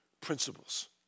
principles